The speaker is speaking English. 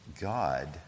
God